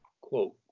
quote